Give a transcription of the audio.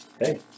hey